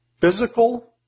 physical